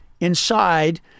inside